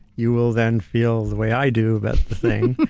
you will then feel the way i do about the thing,